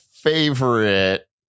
Favorite